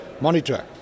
monitor